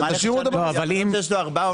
תשאירו אותו ב --- מי שיש לו ארבעה